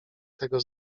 tego